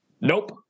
Nope